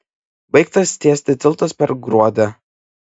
baigtas tiesti tiltas per gruodę